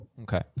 Okay